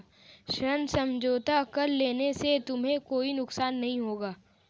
ऋण समझौता कर लेने से तुम्हें कोई नुकसान नहीं होगा